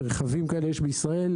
רכבים כאלה יש בישראל.